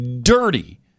dirty